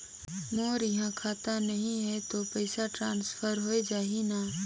मोर इहां खाता नहीं है तो पइसा ट्रांसफर हो जाही न?